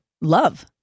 love